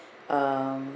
um